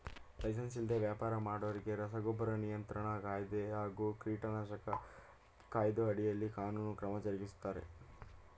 licence ಇಲ್ದೆ ವ್ಯಾಪರ ಮಾಡೋರಿಗೆ ರಸಗೊಬ್ಬರ ನಿಯಂತ್ರಣ ಕಾಯ್ದೆ ಹಾಗೂ ಕೀಟನಾಶಕ ಕಾಯ್ದೆ ಅಡಿಯಲ್ಲಿ ಕಾನೂನು ಕ್ರಮ ಜರುಗಿಸ್ತಾರೆ